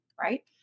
right